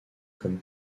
comme